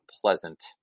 pleasant